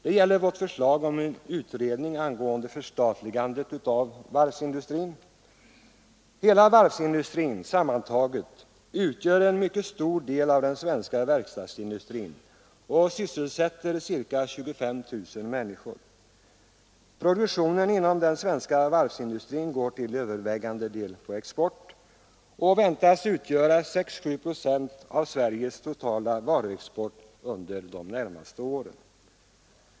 Det är vårt förslag till en utredning angående förstatligandet av varvsindustrin. Hela varvsindustrin sammantagen utgör en mycket stor del av den svenska verkstadsindustrin och sysselsätter ca 25 000 personer. Produktionen inom den svenska varvsindustrin går till övervägande del på export och väntas utgöra 6—7 procent av Sveriges totala varuexport under de närmaste åren.